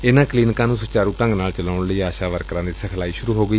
ਇਨਾ ਕਲੀਨਿਕਾ ਨੂੰ ਸੁਚਾਰੂ ਢੰਗ ਨਾਲ ਚਲਾਉਣ ਲਈ ਆਸ਼ਾ ਵਰਕਰਾਂ ਦੀ ਸਿਖਲਾਈ ਸ਼ੁਰੁ ਕੀਤੀ ਗਈ